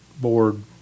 board